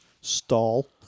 Stall